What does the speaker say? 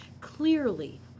clearly